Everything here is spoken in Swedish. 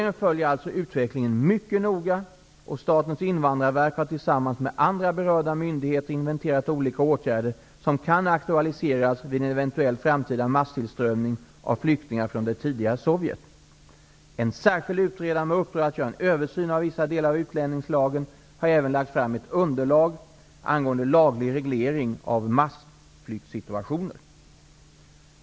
Regeringen följer utvecklingen mycket noga, och Statens invandrarverk har tillsammans med andra berörda myndigheter inventerat olika åtgärder som kan aktualiseras vid en eventuell framtida masstillströmning av flyktingar från det tidigare Sovjet. En särskild utredare med uppdrag att göra en översyn av vissa delar av utlänningslagen har även lagt fram ett underlag angående laglig reglering av massflyktsituationer.